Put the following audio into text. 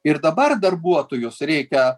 ir dabar darbuotojus reikia